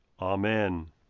Amen